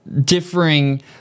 differing